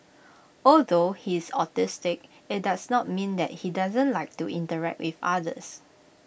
although he is autistic IT does not mean that he doesn't like to interact with others